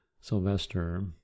sylvester